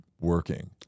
working